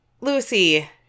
Lucy